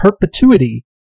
perpetuity